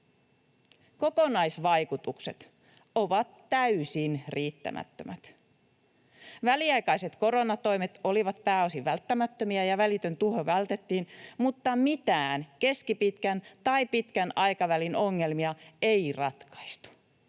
Kokonaisvaikutukset ovat täysin riittämättömät. Väliaikaiset koronatoimet olivat pääosin välttämättömiä, ja välitön tuho vältettiin, mutta mitään keskipitkän tai pitkän aikavälin ongelmia ei ratkaistu.